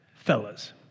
fellas